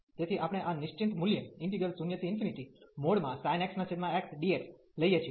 તેથી આપણે આ નિશ્ચિત મૂલ્ય 0 sin xx dx લઈએ છીએ